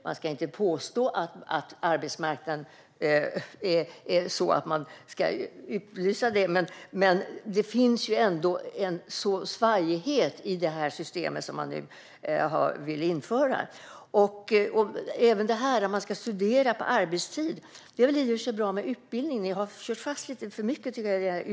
Det ska inte påstås att arbetsmarknaden är sådan, men det finns ändå en svajighet i det system man vill införa. Jag vill också nämna detta med att man ska studera på arbetstid. Det är i och för sig bra med utbildning, men jag tycker att ni har kört fast lite för mycket i detta.